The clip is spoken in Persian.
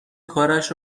کارش